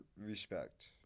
respect